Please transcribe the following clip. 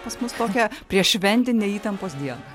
pas mus tokią prieššventinę įtampos dieną